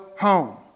home